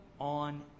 on